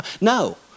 No